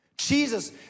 Jesus